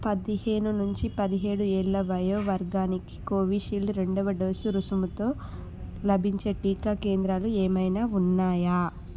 పదిహేను నుంచి పదిహేడు ఏళ్ళ వయోవర్గానికి కోవిషీల్డ్ రెండవ డోసు రుసుముతో లభించే టీకా కేంద్రాలు ఏమైనా ఉన్నాయా